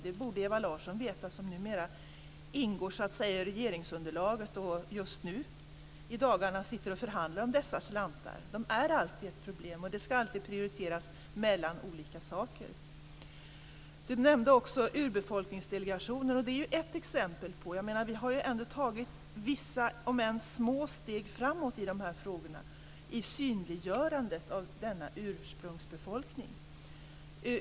Det borde Ewa Larsson, som numera ingår i regeringsunderlaget och i dagarna förhandlar om dessa slantar, veta. De är alltid ett problem, och det ska alltid prioriteras mellan olika saker. Ewa Larsson nämnde också Urbefolkningsdelegationen. Det är ett exempel på att vi ändå har tagit vissa om än små steg framåt i de här frågorna, i synliggörandet av denna ursprungsbefolkning.